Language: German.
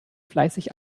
fleißig